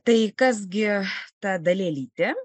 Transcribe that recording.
tai kas gi ta dalelytė